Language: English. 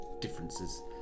differences